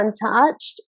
untouched